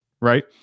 right